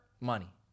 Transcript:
Money